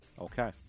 Okay